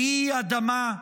"ראי, אדמה,